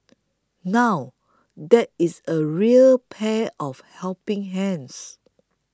now that is a real pair of helping hands